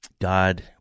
God